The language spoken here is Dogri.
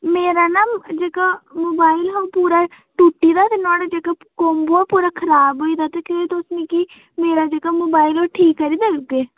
मेरा ना जेह्का मोबाईल हा ओह् पूरा टुट्टी दा ते नुआढ़ा जेह्का कोम्बो ऐ पूरा खराब होई दा ते केह् तुस मिगी मेरा जेह्का मोबाईल ऐ ओह् ठीक करी देई ओड़गे